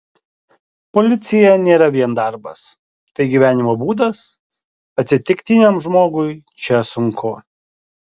policija nėra vien darbas tai gyvenimo būdas atsitiktiniam žmogui čia sunku